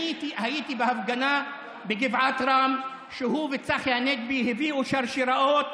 הייתי בהפגנה בגבעת רם כשהוא וצחי הנגבי הביאו שרשראות